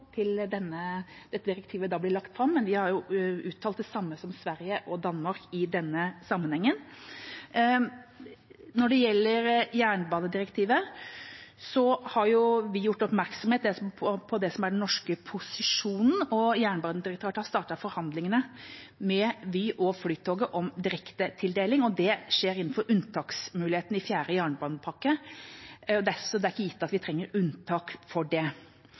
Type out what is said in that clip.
dette direktivet blir lagt fram, og vi har uttalt det samme som Sverige og Danmark i denne sammenhengen. Når det gjelder jernbanedirektivet, har vi gjort oppmerksom på den norske posisjonen. Jernbanedirektoratet har startet forhandlingene med Vy og Flytoget om direktetildeling, og det skjer innenfor unntaksmuligheten i fjerde jernbanepakke. Det er ikke gitt at vi trenger unntak for det.